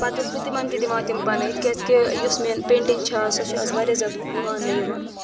پتہٕ ٲسٕس بہٕ تِمن تہِ دِوان کیٛازِ کہِ یُس میٲنۍ پینٹنٛگ چھےٚ آز سۄ چھِ آز واریاہ زیادٕ ماننہٕ یِوان